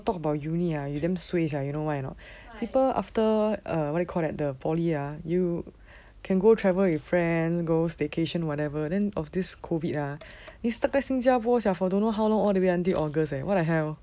talk about uni ah you damn suay sia ah you know why or not so after err what you call that the poly ah you can go travel with friends go staycation whatever then of this COVID ah you stuck 在新加坡 sia for don't know how long all the way until august leh what the hell